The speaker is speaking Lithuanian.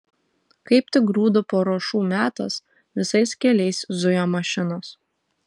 kaip tik grūdų paruošų metas visais keliais zuja mašinos